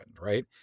Right